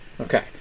Okay